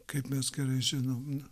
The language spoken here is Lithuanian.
kaip mes gerai žinom